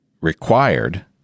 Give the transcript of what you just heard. required